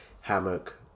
hammock